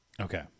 okay